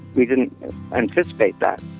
we didn't anticipate that.